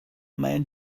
man